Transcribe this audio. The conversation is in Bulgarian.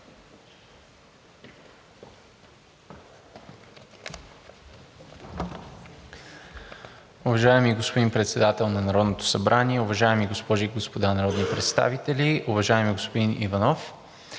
Уважаеми господин Председател на Народното събрание, уважаеми госпожи и господа народни представители! Уважаеми господин Кирилов,